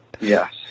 Yes